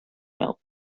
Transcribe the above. melt